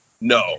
No